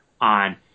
on